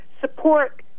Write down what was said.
support